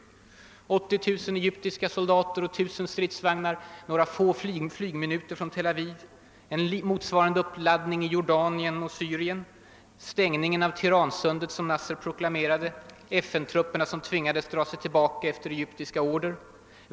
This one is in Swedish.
En uppladdning skedde med 30.000 egyptiska soldater och 1000 stridsvagnar några få flygminuter från Tel Aviv och en motsvarande uppladdning i Jordanien och Syrien. Nasser proklamerade stängningen av Tiransundet, och FN-trupperna tvingades dra sig tillbaka efter egyptiska order.